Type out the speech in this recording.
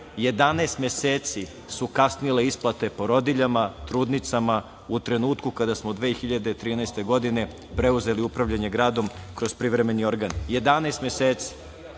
11 meseci su kasnile isplate porodiljama, trudnicama u trenutku kada smo 2013. godine preuzeli upravljanje gradom kroz privremeni organ.